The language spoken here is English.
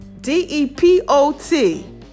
d-e-p-o-t